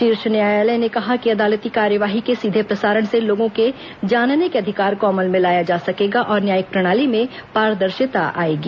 शीर्ष न्यायालय ने कहा कि अदालती कार्यवाही के सीधे प्रसारण से लोगों के जानने के अधिकार को अमल में लाया जा सकेगा और न्यायिक प्रणाली में पारदर्शिता आएगी